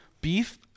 beef